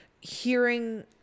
hearing